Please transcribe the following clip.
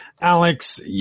Alex